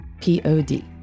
p-o-d